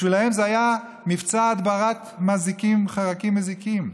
בשבילם זה היה מבצע הדברת חרקים מזיקים.